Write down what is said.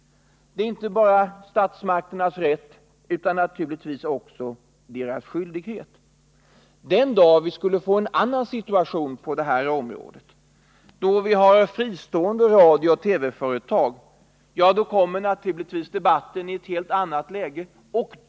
Det är inte bara statsmakternas rätt utan naturligtvis också deras skyldighet. Den dag vi får en annan situation på detta område — då vi har fristående radiooch TV-företag — kommer naturligtvis saken i ett helt annat läge.